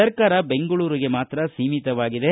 ಸರ್ಕಾರ ಬೆಂಗಳೂರಿಗೆ ಮಾತ್ರ ಸೀಮಿತವಾಗಿದೆ